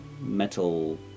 Metal